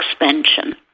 expansion